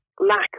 Lack